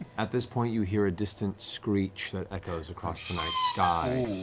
at this point, you hear a distant screech that echoes across the night sky.